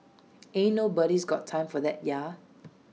ain't nobody's got time for that ya